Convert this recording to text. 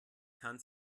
kann